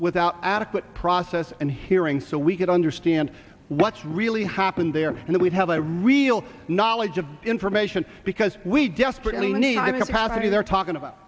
without adequate process and hearing so we could understand what's really happened there and we'd have a real knowledge of information because we desperately need i mean i'm happy they're talking about